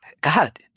God